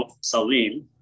Salim